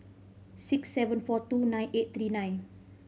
six seven four two nine eight three nine